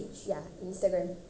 ya instagram